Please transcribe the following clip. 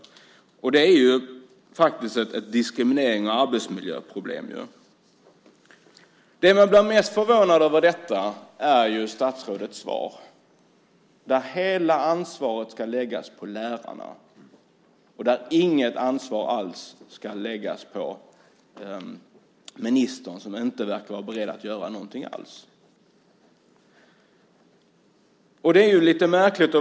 Det utgör faktiskt ett diskriminerings och arbetsmiljöproblem. Det man blir mest förvånad över i detta är statsrådets svar. Hela ansvaret ska läggas på lärarna, och inget ansvar alls på ministern. Han verkar inte vara beredd att göra något alls. Det är lite märkligt.